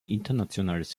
internationales